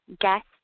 guest